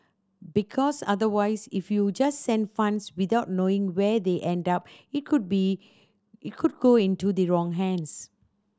because otherwise if you just send funds without knowing where they end up it could be it could go into the wrong hands